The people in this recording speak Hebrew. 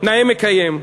נאה מקיים.